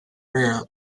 real